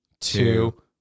two